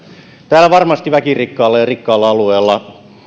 täällä väkirikkaalla ja rikkaalla alueella